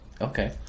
okay